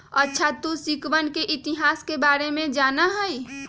अच्छा तू सिक्कवन के इतिहास के बारे में जाना हीं?